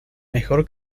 mejor